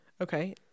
Okay